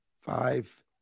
five